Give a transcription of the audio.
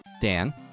dan